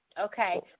Okay